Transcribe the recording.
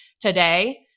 today